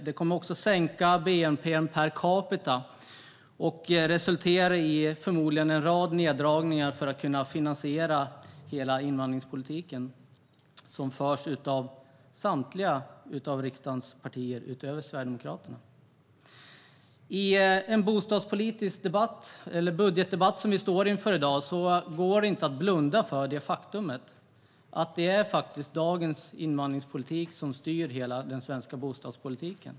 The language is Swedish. Det kommer också att minska bnp per capita och förmodligen resultera i en rad neddragningar för att man ska kunna finansiera hela den invandringspolitik som förs av samtliga riksdagens partier utom Sverigedemokraterna. I en budgetdebatt om bostadspolitiken som vi har i dag går det inte att blunda för det faktum att det faktiskt är dagens invandringspolitik som styr hela den svenska bostadspolitiken.